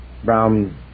Brown